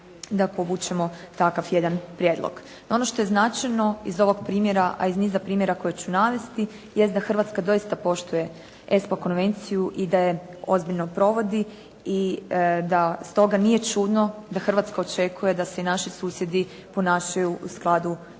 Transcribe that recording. da povučemo takav jedan prijedlog. Ono što je značajno iz ovog primjera, a i iz niza primjera koje ću navesti jest da Hrvatska doista poštuje ESPO konvenciju i da je ozbiljno provodi i da stoga nije čudno da Hrvatska očekuje da se i naši susjedi ponašaju u skladu